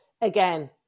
again